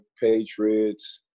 Patriots